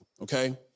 okay